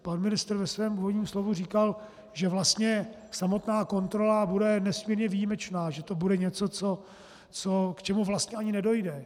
Pan ministr ve svém úvodním slovu říkal, že vlastně samotná kontrola bude nesmírně výjimečná, že to bude něco, k čemu vlastně ani nedojde.